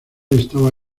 estaba